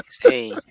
Hey